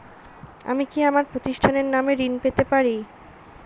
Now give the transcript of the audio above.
আমি কি আমার প্রতিষ্ঠানের নামে ঋণ পেতে পারি?